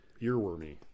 earwormy